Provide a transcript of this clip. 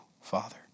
Father